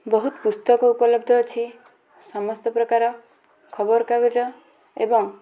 ବହୁତ ପୁସ୍ତକ ଉପଲବ୍ଧ ଅଛି ସମସ୍ତପ୍ରକାର ଖବରକାଗଜ ଏବଂ